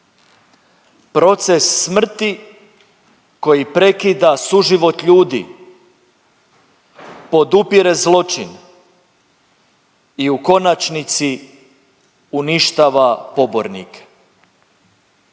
proces smrti koji prekida suživot ljudi, podupire zločin i u konačnici uništava pobornike.